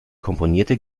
komponierte